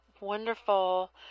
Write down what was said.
wonderful